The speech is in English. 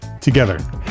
together